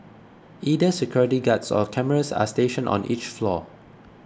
either security guards or cameras are stationed on each floor